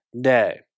day